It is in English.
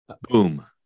Boom